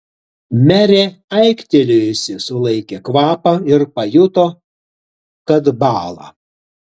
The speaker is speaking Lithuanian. merė aiktelėjusi sulaikė kvapą ir pajuto kad bąla